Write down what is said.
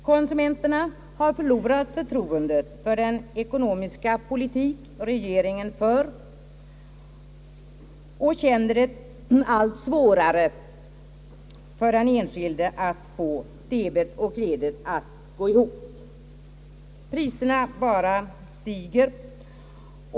Ekonomerna har förlorat förtroendet för den ekonomiska politik regeringen för, och det känns allt svårare för den enskilde att få debet och kredit att gå ihop. Priserna bara stiger.